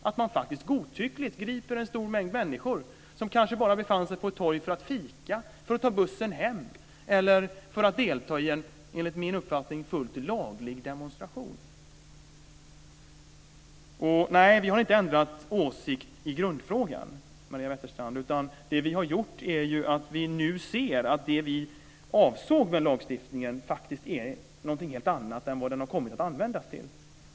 Man grep ju faktiskt godtyckligt en stor mängd människor som kanske bara befann sig på ett torg för att fika, för att ta bussen hem eller för att delta i en enligt min uppfattning fullt laglig demonstration. Nej, vi har inte ändrat åsikt i grundfrågan, Maria Wetterstrand. Nu ser vi att det vi avsåg med lagstiftningen faktiskt är någonting helt annat än vad den har kommit att användas till.